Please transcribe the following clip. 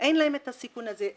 אין להם את הסיכון הזה.